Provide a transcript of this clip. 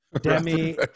Demi